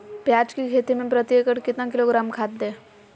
प्याज की खेती में प्रति एकड़ कितना किलोग्राम खाद दे?